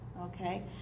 Okay